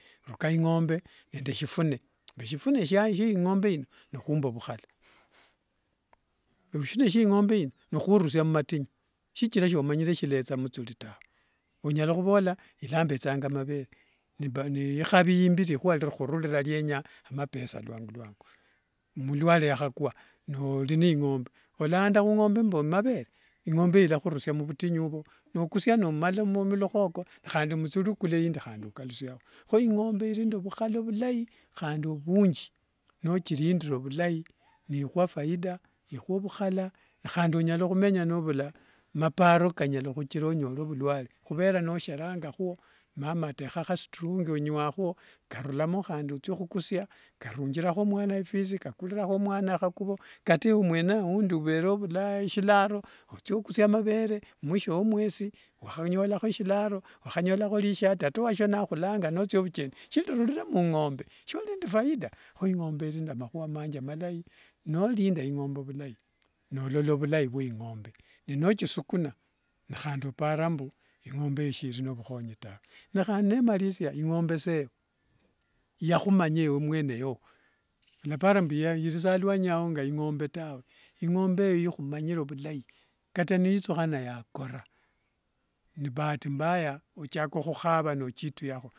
Ruka ingombe nende shifune. Eshifune shianze shie ingombe ino n khumba ovhukhala. shichira shomanyire shialetha muthuli tawe. Onyala khuvola yalembethanga amavere ikhavi imbii likhua likhurulira lienya amapesa vhwangu vhwangu. Mulwale yakhakwa noliningombe, walandira khungombe mbu amavere. Ingombe yalakhurusia mvutinyu ovo nokusia nomala mulukha okoo handi muthuli okula iindi norao kho ingombe ili nende vhukhala vulai handi ovunji nothirindire vulai, ni hua faida nikhua ovhukhala. Nikhendi onyala khumenya vilai nouma maparo kanyala khuchira onyole vulwale khuvera nosherangakho mama atekhakho khastrungi onywakho karulamo handi othia khukutsia karungirakho mwana ifisi kskulirakho mwana khakuvo. Kata ewe mwene aundi overe ovula shilaro, othia okusia mavere mwisho wemwesi wskhamuolaho shilaro wakhanyolakho lisharti kata wasio nakhulanga nothia vukeni shililulire mungombe sholi nefaida. Kho ingombe ili nende makhua mangi malai nolindire ingombe, nolinda ingombe vulai nolola vulai vwa ingombe, ne nochisukuna me handi opara mbu shili ne vukhonyi tawe. Me khandi nemalisia ingombe seyo yahumanya ewe mweneyo. Walapara mbu ili sa aluanyi ao nga ingombe tawe. Ingombe eyo ikhumanyire vhulai kata ni ithukhana yakoran bati mbaya ochaka khuchikhava niwetuyakho.